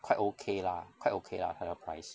quite okay lah quite okay lah 它的 price